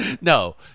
No